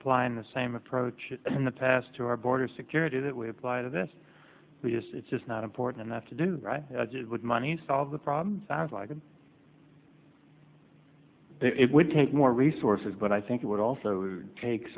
applying the same approach in the past to our border security that we apply to this we just it's just not important enough to do it with money to solve the problem sounds like it would take more resources but i think it would also take